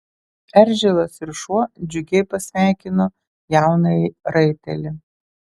eržilas ir šuo džiugiai pasveikino jaunąjį raitelį